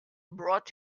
brought